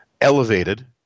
elevated